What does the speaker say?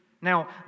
Now